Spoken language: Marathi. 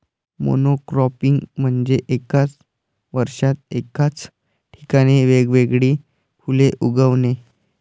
मोनोक्रॉपिंग म्हणजे एका वर्षात एकाच ठिकाणी वेगवेगळी फुले उगवणे